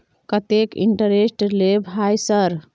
केतना इंटेरेस्ट ले भाई सर?